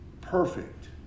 perfect